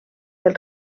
del